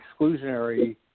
exclusionary